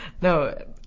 No